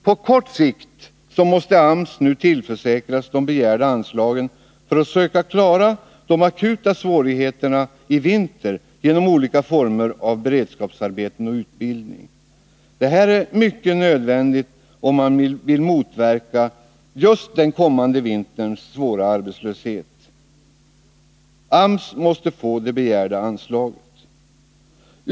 På kort sikt måste AMS tillförsäkras begärda anslag för att söka klara de akuta svårigheterna i vinter genom olika former av beredskapsarbeten och utbildning. Det är nödvändigt, om man vill motverka den kommande vinterns svåra arbetslöshet. AMS måste få det begärda anslaget.